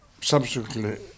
subsequently